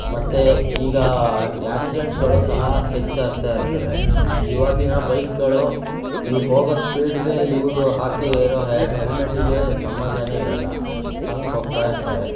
ಮತ್ತು ಈಗ ಯಾಕ್ಸಿಡೆಂಟ್ಗಳು ಸಹ ಹೆಚ್ಚಾಗ್ತಾ ಇರ್ತವೆ ಇವಾಗಿನ ಬೈಕುಗಳು ಈ ಹೋಗೋ ಸ್ಪೀಡಿಗೆ ಇವರು ಹಾಕಿರೋ ಹೆ ಹೆಲ್ಮೆಟ್ಟಿಗೆ ಸಂಬಂಧವೇ ಇರಲ್ಲ ಹಂಗೆ ಹೋಗ್ತಾ ಇರ್ತಾರೆ